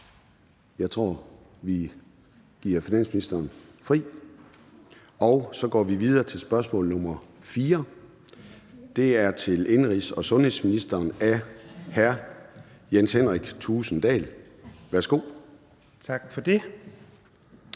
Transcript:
og vi giver finansministeren fri. Så går vi videre til spørgsmål nr. 4 (spm. nr. S 262). Det er til indenrigs- og sundhedsministeren af hr. Jens Henrik Thulesen Dahl. Kl. 13:08 Spm.